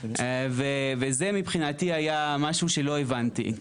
וזה מבחינתי היה משהו שלא הבנתי,